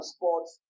Sports